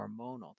hormonal